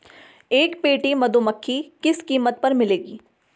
एक पेटी मधुमक्खी किस कीमत पर मिलेगी?